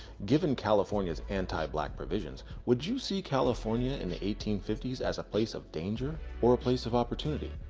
given california's anti-black provisions, would you see california in the eighteen fifty s as a place of danger or a place of opportunity?